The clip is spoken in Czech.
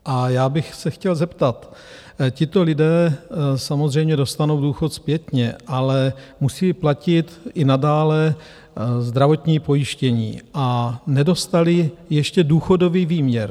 A já bych se chtěl zeptat: tito lidé samozřejmě dostanou důchod zpětně, ale musí platit i nadále zdravotní pojištění a nedostali ještě důchodový výměr.